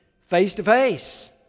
face-to-face